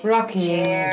Rocking